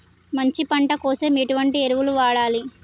మంచి పంట కోసం ఎటువంటి ఎరువులు వాడాలి?